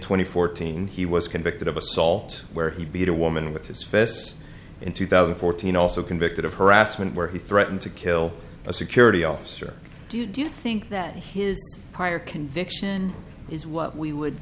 and fourteen he was convicted of assault where he beat a woman with his fists in two thousand and fourteen also convicted of harassment where he threatened to kill a security officer do you think that his prior conviction is what we would